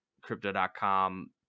crypto.com